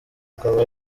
akaba